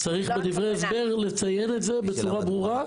בדברי ההסבר צריך לציין את זה בצורה ברורה.